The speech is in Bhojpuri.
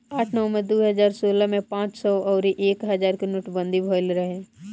आठ नवंबर दू हजार सोलह में पांच सौ अउरी एक हजार के नोटबंदी भईल रहे